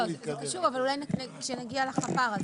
זה קשור אבל כשנגיע לחפ"ר.